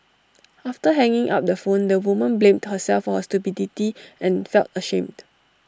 after hanging up the phone the woman blamed herself for her stupidity and felt ashamed